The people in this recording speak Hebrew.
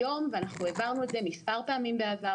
העברנו את זה מספר פעמים בעבר,